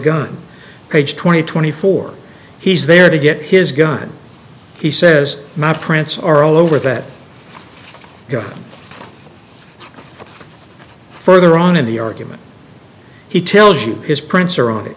gun page twenty twenty four he's there to get his gun he says my prints are all over that go further on in the argument he tells you his prints